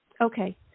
Okay